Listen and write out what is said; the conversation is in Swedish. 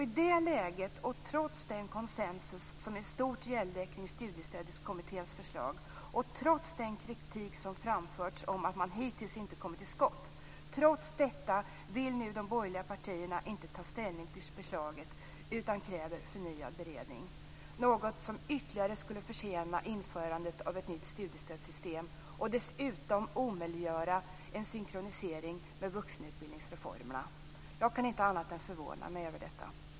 I det läget, och trots den konsensus som i stort gällde kring Studiestödskommitténs förslag och den kritik som framförts om att man hittills inte kommit till skott, vill nu de borgerliga partierna inte ta ställning till förslaget utan kräver förnyad beredning, något som ytterligare skulle försena införandet av ett nytt studiestödssystem och dessutom omöjliggöra en synkronisering med vuxenutbildningsreformerna. Jag kan inte annat än förvåna mig över detta.